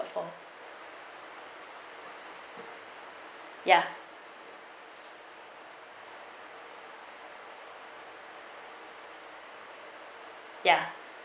ya ya